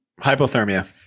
hypothermia